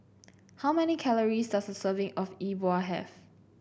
how many calories does a serving of Yi Bua have